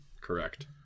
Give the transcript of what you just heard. correct